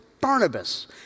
Barnabas